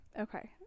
Okay